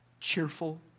cheerful